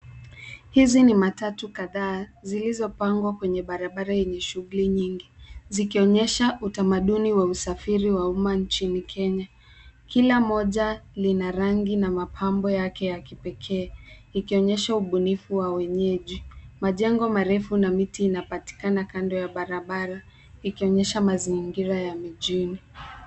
Hizi ni matatu kadhaa zilizopangwa kwenye barabara yenye shughuli nyingi zikionyesha utamaduni wa usafiri wa umma nchini Kenya. Kila moja lina rangi na mapambo yake ya kipekee ikionyesha ubunifu wa wenyeji. Majengo marefu na miti inapatikana kando ya barabara ikionyesha mazingira ya mijini.